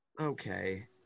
okay